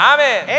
Amen